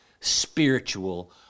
spiritual